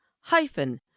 hyphen